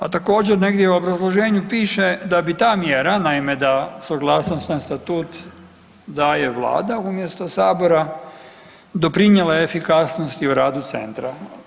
A također negdje u obrazloženju piše da bi ta mjera, naime da suglasnost na statut daje vlada umjesto sabora, doprinijela efikasnosti u radu centra.